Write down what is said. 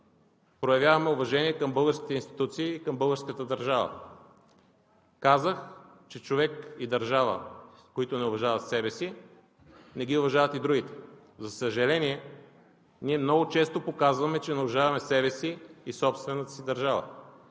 проявяваме уважение към българските институции и към българската държава. Казах, че човек и държава, които не уважават себе си, не ги уважават и другите. За съжаление, ние много често показваме, че не уважаваме себе си и собствената си държава.